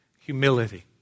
humility